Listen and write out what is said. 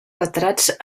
retrats